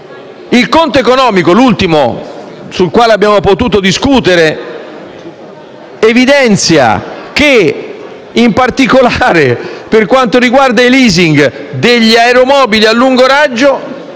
Il conto economico, l'ultimo sul quale abbiamo potuto discutere, evidenzia che, in particolare per quanto riguarda i *leasing* degli aeromobili a lungo raggio,